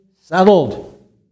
settled